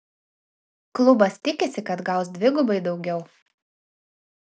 klubas tikisi kad gaus dvigubai daugiau